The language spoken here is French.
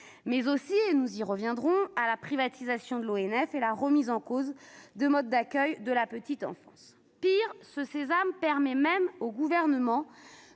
ou encore- nous y reviendrons -la privatisation de l'ONF et la remise en cause de modes d'accueil de la petite enfance. Pis, ce sésame permet au Gouvernement